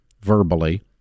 verbally